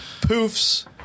Poofs